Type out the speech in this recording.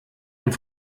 und